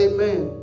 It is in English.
Amen